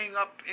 up